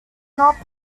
not